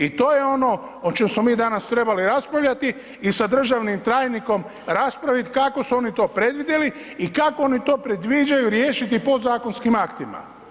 I to je ono o čem smo mi danas trebali raspravljati i sa državnim tajnikom raspravit kako su oni to predvidjeli i kako oni to predviđaju riješiti podzakonskim aktima.